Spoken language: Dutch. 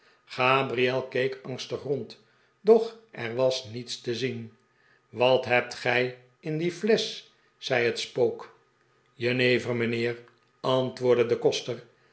keek angstig rond r doch er wasniets te zien wat hebt gij in die flesch zei het spook jenever mijnheer antwoordde de koster